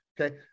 okay